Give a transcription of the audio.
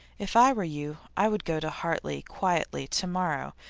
if i were you i would go to hartley, quietly, to-morrow,